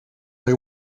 they